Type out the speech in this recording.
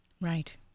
right